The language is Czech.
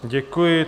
Děkuji.